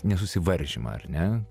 nesusivaržymą ar ne